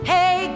Hey